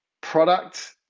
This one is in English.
product